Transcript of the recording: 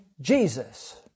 jesus